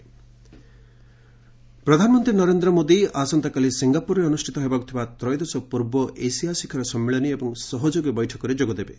PM Singapore visit ପ୍ରଧାନମନ୍ତ୍ରୀ ନରେନ୍ଦ୍ର ମୋଦି ଆସନ୍ତାକାଲି ସିଙ୍ଗାପୁରରେ ଅନୁଷ୍ଠିତ ହେବାକୁଥିବା ତ୍ରୟୋଦଶ ପୂର୍ବ ଏସିଆ ଶିଖର ସମ୍ମିଳନୀ ଏବଂ ସହଯୋଗୀ ବୈଠକରେ ଯୋଗ ଦେବେ